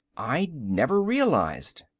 i never realized.